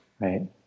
right